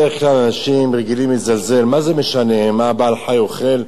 בדרך כלל אנשים רגילים לזלזל: מה זה משנה מה בעל-חיים אוכל?